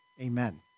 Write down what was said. Amen